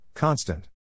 Constant